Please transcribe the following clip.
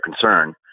concern